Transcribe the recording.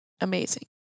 Amazing